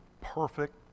perfect